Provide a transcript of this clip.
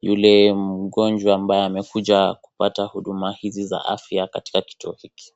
yule mgonjwa ambaye amekuja kupata huduma hizi za afya katika kituo hiki.